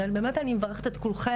אז אני מברכת את כולכן,